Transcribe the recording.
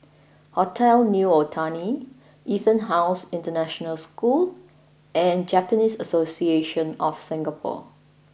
Hotel New Otani EtonHouse International School and Japanese Association of Singapore